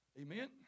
Amen